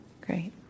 Great